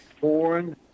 foreign